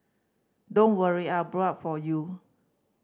don't worry I've blown up for you